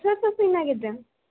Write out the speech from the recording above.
सोर सोर फैनो नागेरदों